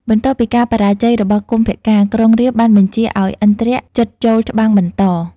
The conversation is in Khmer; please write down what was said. បន្ទាប់ពីការបរាជ័យរបស់កុម្ពកាណ៍ ក្រុងរាពណ៍បានបញ្ជាឱ្យឥន្ទ្រជិតចូលច្បាំងបន្ត។។